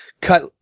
cut